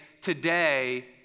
today